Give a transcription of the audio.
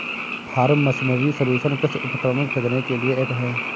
form machinery solution कृषि उपकरण खरीदने के लिए ऐप है